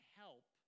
help